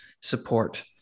support